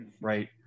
right